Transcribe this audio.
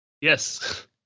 Yes